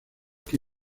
que